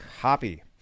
Copy